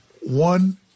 one-